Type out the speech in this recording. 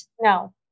No